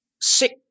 sick